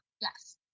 yes